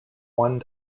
one